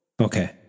Okay